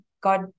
God